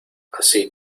así